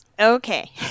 Okay